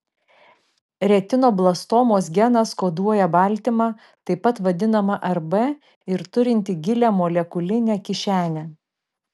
retinoblastomos genas koduoja baltymą taip pat vadinamą rb ir turintį gilią molekulinę kišenę